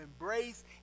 embrace